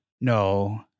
No